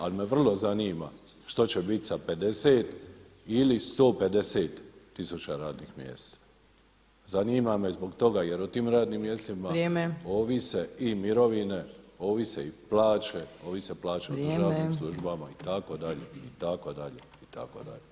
Ali me vrlo zanima što će biti sa 50 ili 150 tisuća radnih mjesta, zanima me zbog toga jer o tim radnim mjestima [[Upadica Opačić: Vrijeme.]] ovise i mirovine, ovise i plaće, ovise plaće u državnim službama itd., itd., itd.